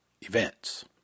events